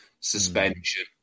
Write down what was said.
Suspension